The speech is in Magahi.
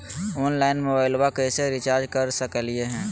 ऑनलाइन मोबाइलबा कैसे रिचार्ज कर सकलिए है?